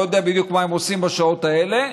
לא יודע מה בדיוק הם עושים בשעות האלה,